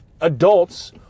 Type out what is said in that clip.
adults